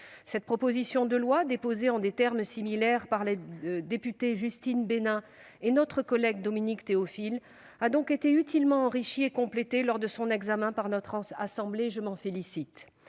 Cette proposition de loi, déposée, en des termes similaires, par la députée Justine Benin et notre collègue Dominique Théophile, a donc été utilement enrichie et complétée lors de son examen par notre assemblée. Je m'en félicite.